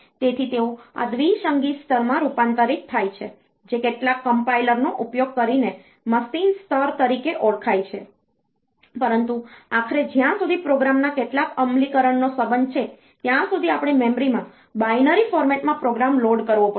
તેથી તેઓ આ દ્વિસંગી સ્તરમાં રૂપાંતરિત થાય છે જે કેટલાક કમ્પાઇલર નો ઉપયોગ કરીને મશીન સ્તર તરીકે ઓળખાય છે પરંતુ આખરે જ્યાં સુધી પ્રોગ્રામના કેટલાક અમલીકરણનો સંબંધ છે ત્યાં સુધી આપણે મેમરીમાં બાઈનરી ફોર્મેટમાં પ્રોગ્રામ લોડ કરવો પડશે